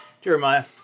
Jeremiah